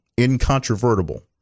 Incontrovertible